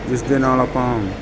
ਜਿਸ ਦੇ ਨਾਲ ਆਪਾਂ